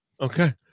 Okay